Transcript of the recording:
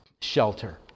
shelter